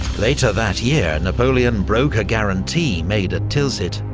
later that year, napoleon broke a guarantee made at tilsit,